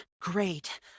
Great